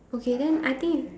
okay then I think